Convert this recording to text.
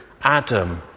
adam